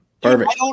Perfect